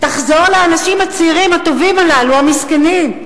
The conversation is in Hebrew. תחזור לאנשים הצעירים, הטובים הללו, המסכנים,